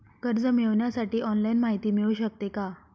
कर्ज मिळविण्यासाठी ऑनलाईन माहिती मिळू शकते का?